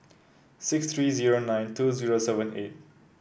six three zero nine two zero seven eight